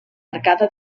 arcada